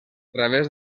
través